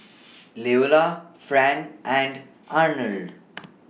Leola Fran and Arnold